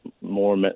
more